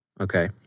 Okay